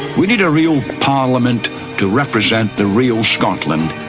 we need a real parliament to represent the real scotland.